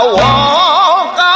walk